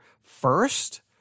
first